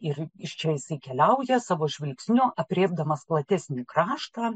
ir iš čia keliauja savo žvilgsniu aprėpdamas platesnį kraštą